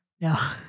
No